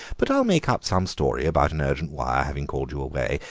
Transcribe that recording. but i'll make up some story about an urgent wire having called you away.